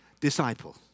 disciple